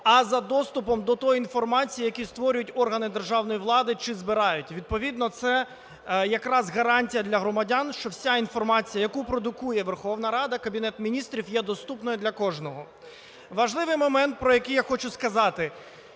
а за доступом до тої інформації, яку створюють органи державної влади чи збирають. Відповідно, це якраз гарантія для громадян, що вся інформація, яку продукує Верховна Рада, Кабінет Міністрів, є доступною для кожного. Важливий момент, про який я хочу сказати.